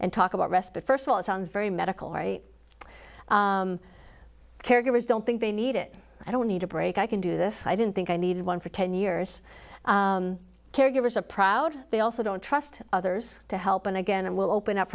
and talk about respite first of all it sounds very medical caregivers don't think they need it i don't need a break i can do this i didn't think i needed one for ten years caregivers a proud they also don't trust others to help and again and will open up